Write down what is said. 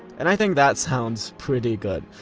and i think that sounds pretty good.